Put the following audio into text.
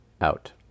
out